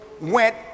went